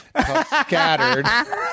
Scattered